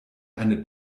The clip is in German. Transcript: eine